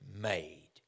made